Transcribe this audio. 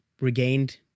regained